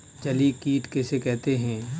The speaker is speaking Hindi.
जलीय कीट किसे कहते हैं?